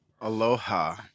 Aloha